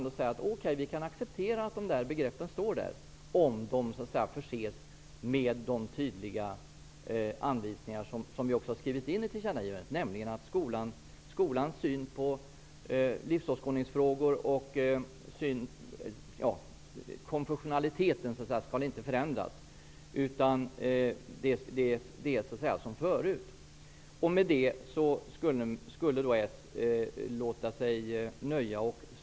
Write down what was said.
De säger att de kan acceptera att de här begreppen står där om de förses med de tydliga anvisningar som vi också har skrivit in i tillkännagivandet, nämligen att skolans syn på livsåskådningsfrågor och konfessionaliteten inte skall förändras. Den skall vara som förut. Med det skulle Socialdemokraterna låta sig nöja.